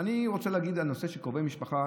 אני רוצה לדבר על הנושא של קרובי משפחה